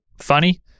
funny